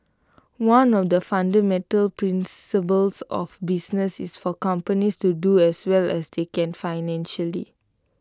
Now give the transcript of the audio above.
one of the fundamental principles of business is for companies to do as well as they can financially